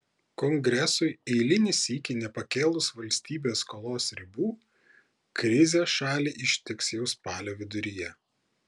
kongresui eilinį sykį nepakėlus valstybės skolos ribų krizė šalį ištiks jau spalio viduryje